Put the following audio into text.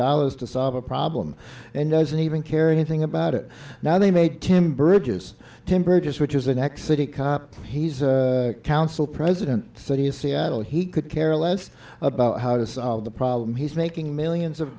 dollars to solve a problem and doesn't even care anything about it now they made him bridges temporary just which is the next city cop he's a council president city of seattle he could care less about how to solve the problem he's making millions of